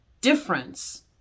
difference